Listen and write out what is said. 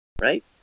right